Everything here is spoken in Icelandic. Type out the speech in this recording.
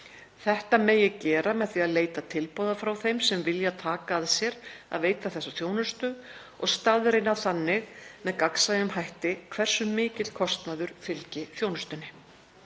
Þetta megi gera með því að leita tilboða frá þeim sem vilja taka að sér að veita þessa þjónustu og staðreyna þannig með gagnsæjum hætti hversu mikill kostnaður fylgi þjónustunni.